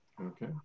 Okay